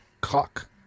cock